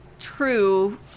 true